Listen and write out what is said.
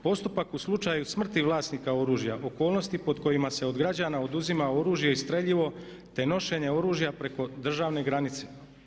Postupak u slučaju smrti vlasnika smrti oružja, okolnosti pod kojima se od građana oduzima oružje i streljivo te nošenje oružja preko državne granice.